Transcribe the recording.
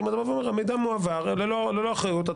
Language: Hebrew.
אם המידע מועבר ללא אחריות,